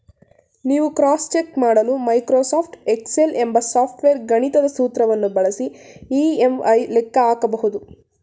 ನೀವು cross check ಮಾಡಲು Microsoft Excel ಎಂಬ ಸಾಫ್ಟ್ವೇರ್ ಗಣಿತದ ಸೂತ್ರವನ್ನು ಬಳಸಿ ಇ.ಎಂ.ಐ ಲೆಕ್ಕ ಹಾಕಬಹುದು